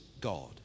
God